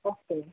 okay